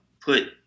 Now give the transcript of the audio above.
put